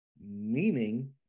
meaning